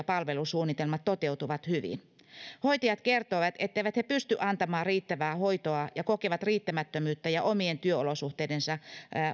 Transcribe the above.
palvelusuunnitelmat toteutuvat hyvin hoitajat kertoivat etteivät he pysty antamaan riittävää hoitoa ja kokevat riittämättömyyttä ja omien työolosuhteidensa